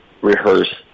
rehearse